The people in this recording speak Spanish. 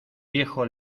viejo